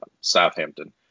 Southampton